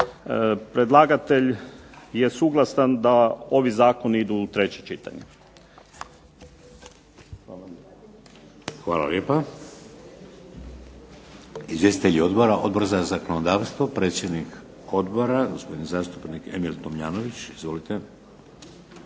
predlagatelj je suglasan da ovi zakoni idu u treće čitanje. **Šeks, Vladimir (HDZ)** Hvala lijepa. Izvjestitelji odbora? Odbor za zakonodavstvo, predsjednik odbora gospodin Emil Tomljanović. Izvolite.